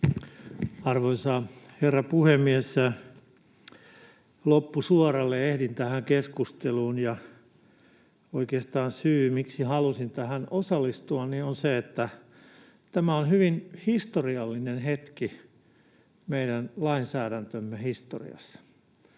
Arvoisa herra puhemies! Loppusuoralle ehdin tähän keskusteluun, ja oikeastaan syy, miksi halusin tähän osallistua, on se, että tämä on hyvin historiallinen hetki meidän lainsäädäntömme historiassa.